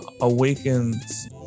awakens